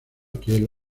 kiel